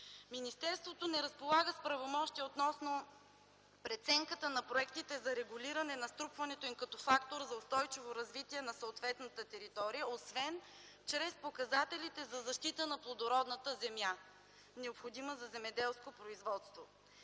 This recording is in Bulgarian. Министерството не разполага с правомощия относно преценката на проектите за регулиране на струпването им като фактор за устойчиво развитие на съответната територия, освен чрез показателите за защита на плодородната земя, необходима за земеделско производство.